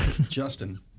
Justin